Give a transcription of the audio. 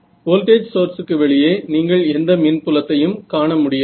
voltage சோர்ஸுக்கு வெளியே நீங்கள் எந்த மின் புலத்தையும் காண முடியாது